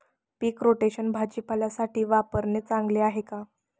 पीक rotation भाजीपाल्यासाठी वापरणे चांगले आहे का?